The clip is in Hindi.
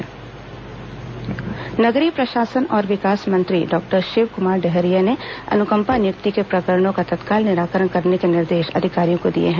नगरीय प्रशासन समीक्षा बैठक नगरीय प्रशासन और विकास मंत्री डॉक्टर शिवकुमार डहरिया ने अनुकंपा नियुक्ति के प्रकरणों का तत्काल निराकरण करने के निर्देश अधिकारियों को दिए हैं